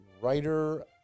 writer